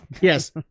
Yes